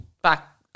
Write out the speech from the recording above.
Back